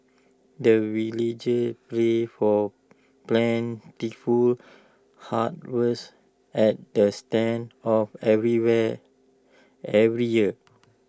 the villagers pray for plentiful harvest at the start of everywhere every year